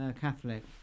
Catholic